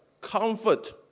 Comfort